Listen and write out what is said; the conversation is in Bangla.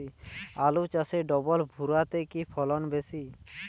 আলু চাষে ডবল ভুরা তে কি ফলন বেশি?